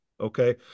okay